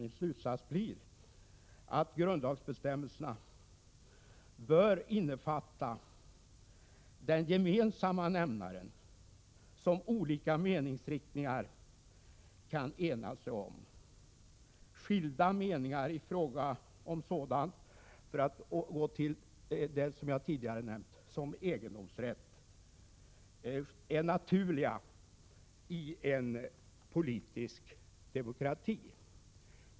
Min slutsats blir att grundlagsbestämmelserna bör innefatta den gemensamma nämnare som olika meningsriktningar kan enas om. Skilda meningar i fråga om sådant som egendomsrätt — som jag tidigare nämnt — är naturliga i en politisk demokrati.